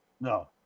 No